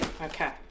Okay